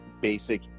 basic